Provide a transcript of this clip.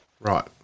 Right